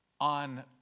on